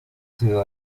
sido